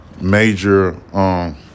major